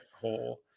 hole